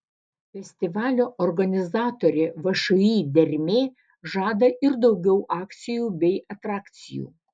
festivalio organizatorė všį dermė žada ir daugiau akcijų bei atrakcijų